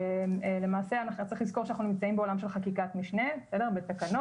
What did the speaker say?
למעשה צריך לזכור שאנחנו נמצאים בעולם של חקיקת משנה בתקנות.